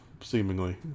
seemingly